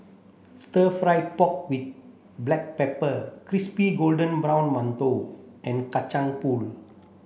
stir fried pork with black pepper crispy golden brown mantou and Kacang Pool